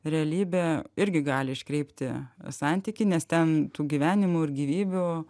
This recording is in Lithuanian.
realybė irgi gali iškreipti santykį nes ten tų gyvenimų ir gyvybių